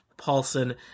Paulson